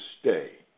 stay